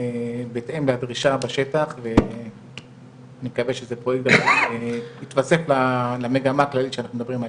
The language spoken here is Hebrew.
בהתאם לדרישה בשטח ונקווה שזה יתווסף למגמה הכללית שאנחנו מדברים עליה.